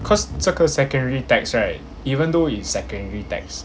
cause 这个 secondary text right even though it's secondary text